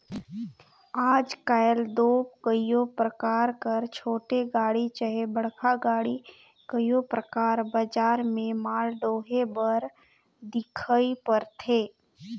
आएज काएल दो कइयो परकार कर छोटे गाड़ी चहे बड़खा गाड़ी कइयो परकार बजार में माल डोहे बर दिखई परथे